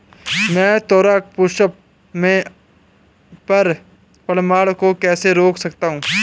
मैं तारक पुष्प में पर परागण को कैसे रोक सकता हूँ?